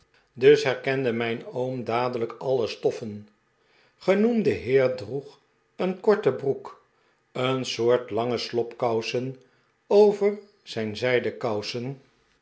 dus herkende mijn oom dadelijk alle stoffen genoemde heer droeg een korte broek een soort lange slobkousen over zijn zij den kousen